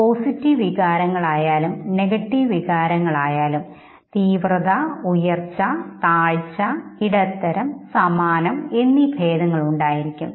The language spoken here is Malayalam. പോസിറ്റീവ് വികാരങ്ങൾ ആയാലും നെഗറ്റീവ് വികാരങ്ങൾ ആയാലും തീവ്രത ഉയർച്ച താഴ്ച്ച ഇടത്തരം സമാനം എന്നീ ഭേദങ്ങൾ ഉണ്ടാകും